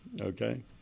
Okay